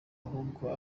ahubwo